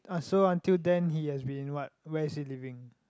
ah so until then he has been what where is he living